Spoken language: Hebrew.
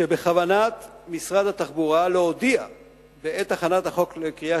שבכוונת משרד התחבורה להודיע בעת הכנת החוק לקריאה